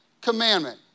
commandment